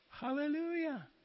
Hallelujah